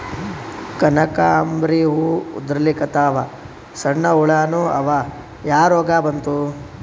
ಕನಕಾಂಬ್ರಿ ಹೂ ಉದ್ರಲಿಕತ್ತಾವ, ಸಣ್ಣ ಹುಳಾನೂ ಅವಾ, ಯಾ ರೋಗಾ ಬಂತು?